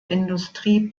industrie